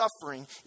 suffering